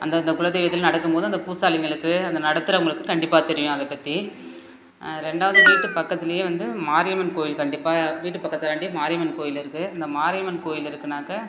அந்த அந்த குலதெய்வத்தில் நடக்கும் போது அந்த பூசாரிங்களுக்கு அந்த நடத்துகிறவங்களுக்கு கண்டிப்பாக தெரியும் அதை பற்றி ரெண்டாவது வீட்டு பக்கத்துலேயே வந்து மாரியம்மன் கோவில் கண்டிப்பாக வீட்டு பக்கத்துக்காண்டி மாரியம்மன் கோவில் இருக்குது அந்த மாரியம்மன் கோவில் இருக்குனாக்க